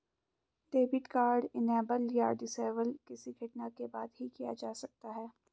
debit card enable या disable किसी घटना के बाद ही किया जा सकता है